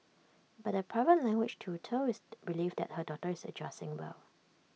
but the private language tutor is relieved that her daughter is adjusting well